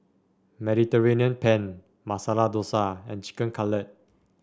Mediterranean Penne Masala Dosa and Chicken Cutlet